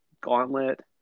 gauntlet